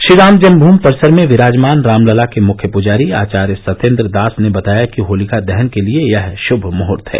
श्रीराम जन्मभुमि परिसर में विराजमान रामलता के मुख्य पुजारी आचार्य सत्येन्द्र दास ने बताया कि होलिका दहन के लिये यह श्भ मुहूर्त है